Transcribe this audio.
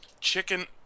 chicken